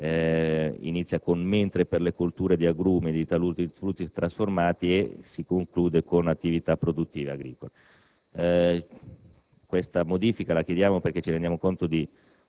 chiedere di eliminare la parte che inizia con «mentre per le colture di agrumi di taluni frutti trasformati» e si conclude con «attività produttive agricole.»